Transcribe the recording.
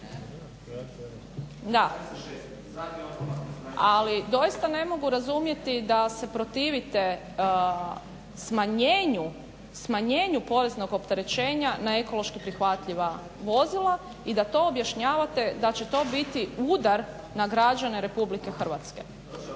… Ali doista ne mogu razumjeti da se protivite smanjenju poreznog opterećenja na ekološki prihvatljiva vozila i da to objašnjavate da će to biti udar na građane RH. Evo samo to.